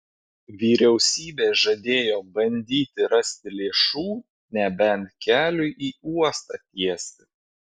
vyriausybė žadėjo bandyti rasti lėšų nebent keliui į uostą tiesti